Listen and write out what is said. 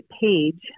page